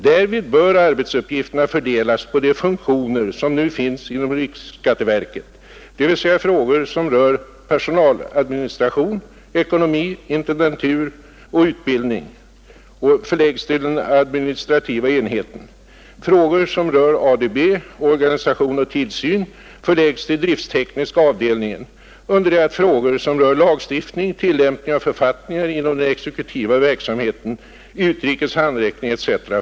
Därvid bör arbetsuppgifterna fördelas på de funktioner som nu finns hos RSV, dvs. frågor som rör personaladministration, ekonomi, intendentur och utbildning förläggs till administrativa enheten; frågor som rör ADB, organisation och tillsyn förläggs till drifttekniska avdelningen, under det att frågor som rör lagstiftning, tillämpning av författningar inom den exekutiva verksamheten, utrikes handräckning etc.